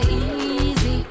easy